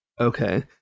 okay